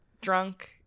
drunk